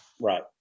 Right